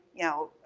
you know,